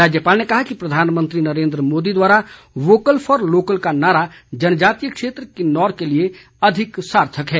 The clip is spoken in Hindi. राज्यपाल ने कहा कि प्रधानमंत्री नरेन्द्र मोदी द्वारा वोकल फॉर लोकल का नारा जनजातीय क्षेत्र किन्नौर के लिए अधिक सार्थक है